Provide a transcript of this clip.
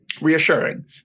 reassuring